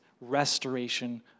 restoration